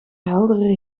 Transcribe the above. heldere